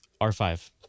R5